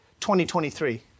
2023